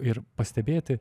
ir pastebėti